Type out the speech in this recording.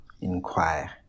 inquire